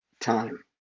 time